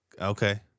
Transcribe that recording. Okay